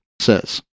says